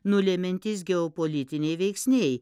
nulemiantys geopolitiniai veiksniai